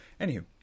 Anywho